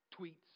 tweets